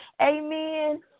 Amen